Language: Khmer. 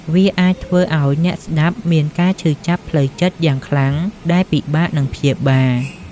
វាអាចធ្វើឱ្យអ្នកស្ដាប់មានការឈឺចាប់ផ្លូវចិត្តយ៉ាងខ្លាំង ដែលពិបាកនឹងព្យាបាល។